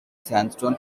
sandstone